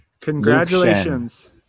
Congratulations